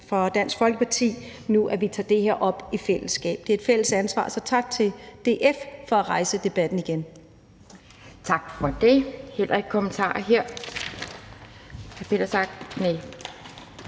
fra Dansk Folkeparti – nu tager det her op i fællesskab. Det er et fælles ansvar, så tak til DF for at rejse debatten igen.